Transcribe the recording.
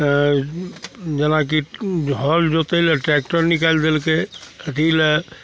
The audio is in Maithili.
अँ जेनाकि हर जोतै ले ट्रैकटर निकालि देलकै अथी ले